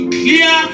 clear